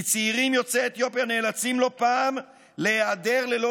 כי צעירים יוצאי אתיופיה נאלצים לא פעם להיעדר ללא